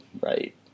right